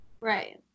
Right